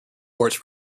quartz